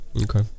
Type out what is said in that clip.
okay